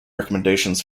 recommendations